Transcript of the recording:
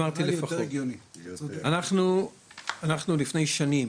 אנחנו לפני שנים